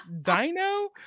dino